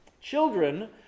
children